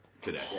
today